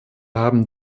haben